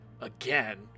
again